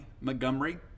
Montgomery